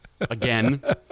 Again